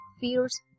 fears